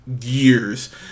years